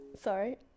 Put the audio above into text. sorry